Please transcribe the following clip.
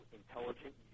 intelligent